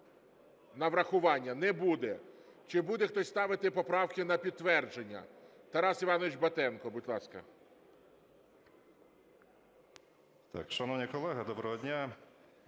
на врахування? Не буде. Чи буде хтось ставити поправки на підтвердження? Тарас Іванович Батенко, будь ласка.